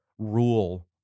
Rule